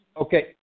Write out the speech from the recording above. Okay